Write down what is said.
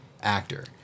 actor